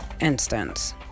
instance